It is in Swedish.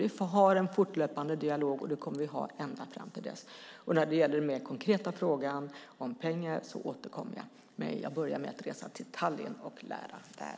Vi får ha en fortlöpande dialog, och den kommer vi att ha ända fram till 2014. När det gäller den mer konkreta frågan om pengar återkommer jag. Men jag börjar med att resa till Tallinn för att lära mig där.